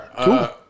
Cool